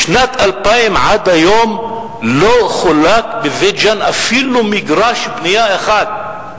משנת 2000 עד היום לא חולק בבית-ג'ן אפילו מגרש בנייה אחד.